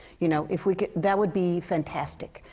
you know? if we could that would be fantastic.